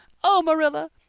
oh, marilla,